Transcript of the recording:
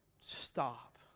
stop